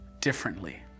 differently